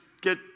get